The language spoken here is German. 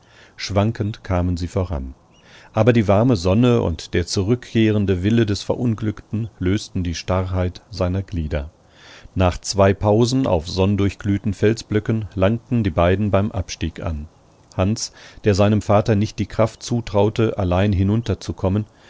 schwankend kamen sie voran aber die warme sonne und der zurückkehrende wille des verunglückten lösten die starrheit seiner glieder nach zwei pausen auf sonndurchglühten felsblöcken langten die beiden beim abstieg an hans der seinem vater nicht die kraft zutraute allein hinunterzukommen